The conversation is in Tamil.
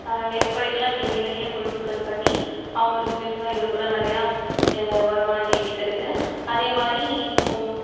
நெற்பயிர்லாம் இங்கே நேரடியாக கொள்முதல் பண்ணி அவங்களுக்கு விவசாயிகளுக்கெல்லாம் நிறையா வருமானத்தை ஈட்டி தருது அதேமாதிரி இப்போது